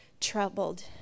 troubled